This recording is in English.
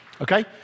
Okay